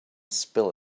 spill